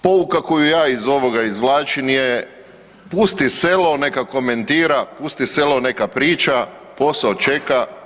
Pouka koju ja iz ovoga izvlačim je pusti selo neka komentira, pusti selo neka priča, posao čeka.